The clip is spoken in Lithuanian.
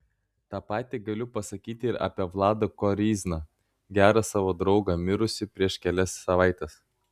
tą patį galiu pasakyti ir apie vladą koryzną gerą savo draugą mirusį prieš kelias savaites